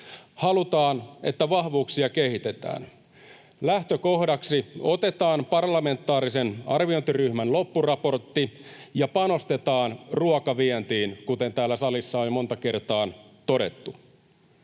Halutaan, että vahvuuksia kehitetään. Lähtökohdaksi otetaan parlamentaarisen arviointiryhmän loppuraportti ja panostetaan ruokavientiin, kuten täällä salissa on jo monta kertaa todettu.